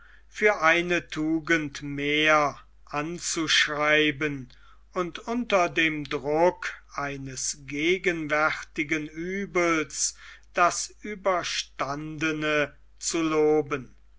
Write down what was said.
für eine tugend mehr anzuschreiben und unter dem druck eines gegenwärtigen uebels das überstandene zu loben